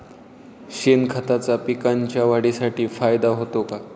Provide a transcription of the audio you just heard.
शेणखताचा पिकांच्या वाढीसाठी फायदा होतो का?